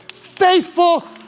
Faithful